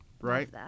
right